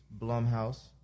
blumhouse